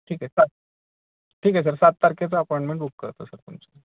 ठीक आहे सात ठीक आहे सर सात तारखेचा अपॉइंटमेट बुक करतो सर तुमची